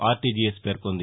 RTGS పేర్గొంది